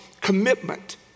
commitment